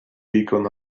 beacon